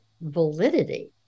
validity